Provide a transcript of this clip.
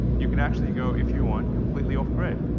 you can actually go, if you want, completely off-grid.